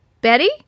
Betty